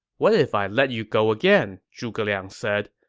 what if i let you go again? zhuge liang said,